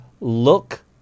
look